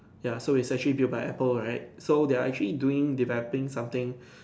ya so it's actually build by Apple right so they are actually doing developing something